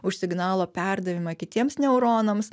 už signalo perdavimą kitiems neuronams